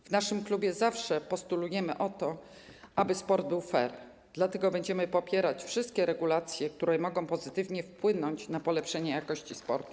W naszym klubie zawsze postulujemy to, aby sport był fair, dlatego będziemy popierać wszystkie regulacje, które mogą pozytywnie wpłynąć na polepszenie jakości sportu.